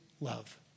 love